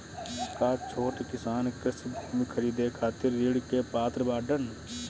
का छोट किसान कृषि भूमि खरीदे खातिर ऋण के पात्र बाडन?